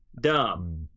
Dumb